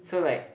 so like